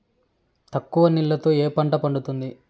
తక్కువ నీళ్లతో ఏ పంట పండుతుంది?